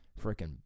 Freaking